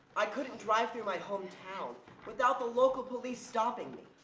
i couldn't drive through my hometown without the local police stopping me.